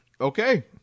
okay